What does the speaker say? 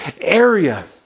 area